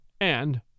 and